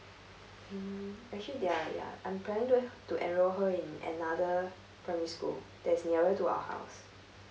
mm actually ya ya I'm planning to enroll her in another primary school that is nearer to our house